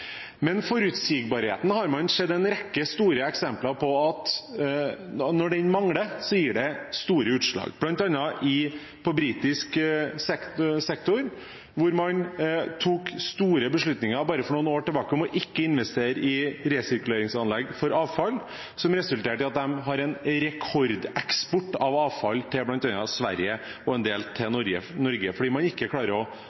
Men man har sett en rekke store eksempler på at når forutsigbarheten mangler, gir det store utslag, bl.a. på britisk sektor hvor man tok store beslutninger bare for noen år siden om ikke å investere i resirkuleringsanlegg for avfall, som resulterte i at de har en rekordeksport av avfall til bl.a. Sverige og en del til Norge, fordi man ikke klarer å